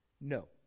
no